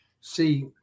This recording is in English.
see